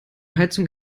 heizung